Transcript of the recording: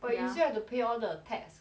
ya but you still have to pay all the tax